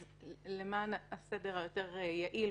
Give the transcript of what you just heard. כך שלמען הסדר היותר מהיר ויעיל,